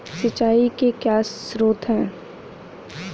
सिंचाई के क्या स्रोत हैं?